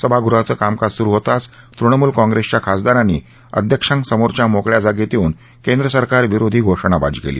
सभागृहाचं कामकाज सुरु होताच तृणमूल काँग्रेसच्या खासदारांनी अध्यक्षांसमोरच्या मोकळ्या जागेत येऊन केंद्रसरकार विरोधी घोषणाबाजी केली